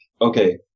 Okay